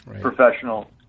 professional